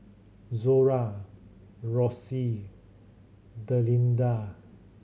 Zora Rossie Delinda